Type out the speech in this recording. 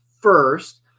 first